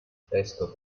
testo